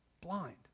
blind